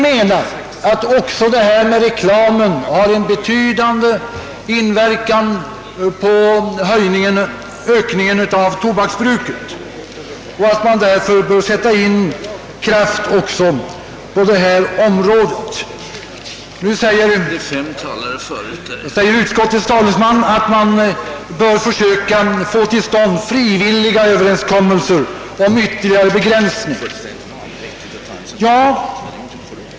Men reklamen har onekligen en betydande inverkan på tobaksbrukets utbredning. Även på det området bör våra krafter sättas in. Nu framhåller utskottets talesman att man bör försöka få till stånd frivilliga överenskommelser om ytterligare begränsning av reklamen.